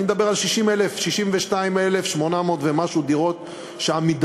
אני מדבר על 62,800 ומשהו דירות ש"עמידר",